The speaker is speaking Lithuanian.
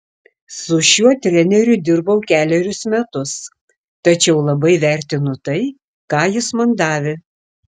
su šiuo treneriu dirbau kelerius metus tačiau labai vertinu tai ką jis man davė